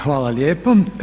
Hvala lijepo.